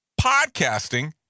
podcasting